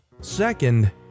Second